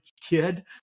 kid